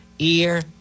Ear